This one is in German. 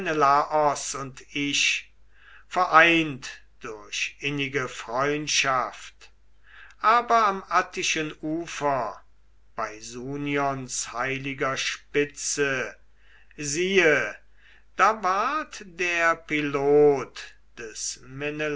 und ich vereint durch innige freundschaft aber am attischen ufer bei sunions heiliger spitze siehe da ward der pilot des